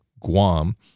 Guam